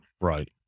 Right